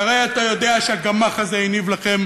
והרי אתה יודע שהגמ"ח הזה הניב לכם